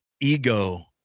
ego